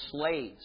slaves